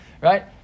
right